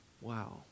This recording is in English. Wow